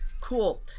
Cool